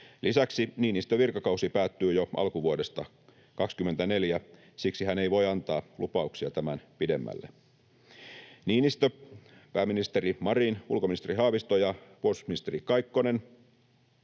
Lisäksi Niinistön virkakausi päättyy jo alkuvuodesta 24 — siksi hän ei voi antaa lupauksia tämän pidemmälle. Niinistö, pääministeri Marin, ulkoministeri Haavisto ja puolustusministeri Kaikkonen